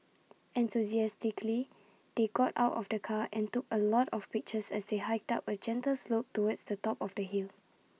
enthusiastically they got out of the car and took A lot of pictures as they hiked up A gentle slope towards the top of the hill